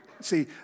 See